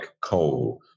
coal